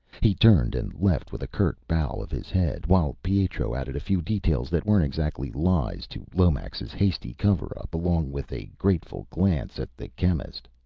he turned and left with a curt bow of his head, while pietro added a few details that weren't exactly lies to lomax's hasty cover-up, along with a grateful glance at the chemist.